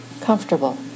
comfortable